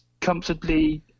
comfortably